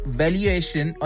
valuation